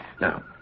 Now